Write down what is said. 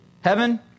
Heaven